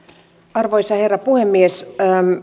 arvoisa herra puhemies